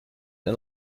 and